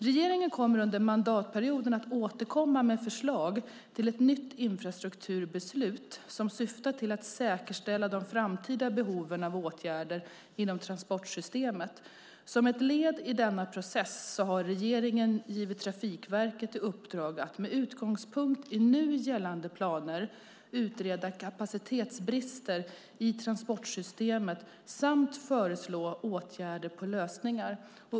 Regeringen kommer under mandatperioden att återkomma med förslag till ett nytt infrastrukturbeslut som syftar till att säkerställa de framtida behoven av åtgärder inom transportsystemet. Som ett led i denna process har regeringen gett Trafikverket i uppdrag att med utgångspunkt i nu gällande planer utreda kapacitetsbrister i transportsystemet samt föreslå åtgärder på lösningar.